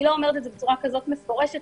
אני לא אומרת את זה בצורה כזאת מפורשת.